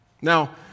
Now